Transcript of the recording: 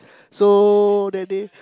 so that day